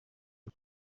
cyo